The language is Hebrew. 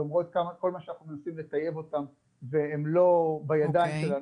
למרות כל מה שאנחנו מנסים לטייב אותם והם לא בידיים שלנו,